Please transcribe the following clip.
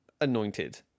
anointed